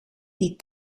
die